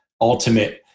ultimate